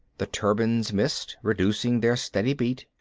the turbines missed, reducing their steady beat.